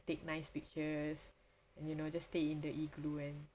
take nice pictures and you know just stay in the igloo and